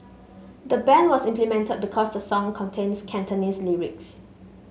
the ban was implemented because the song contains Cantonese lyrics